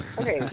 Okay